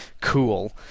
cool